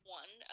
one